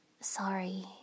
Sorry